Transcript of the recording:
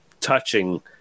touching